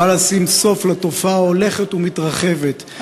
באה לשים סוף לתופעה ההולכת ומתרחבת,